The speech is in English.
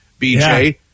BJ